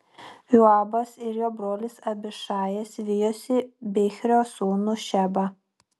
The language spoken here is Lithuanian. joabas ir jo brolis abišajas vijosi bichrio sūnų šebą